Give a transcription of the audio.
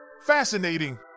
Fascinating